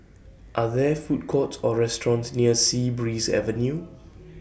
Are There Food Courts Or restaurants near Sea Breeze Avenue